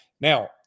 Now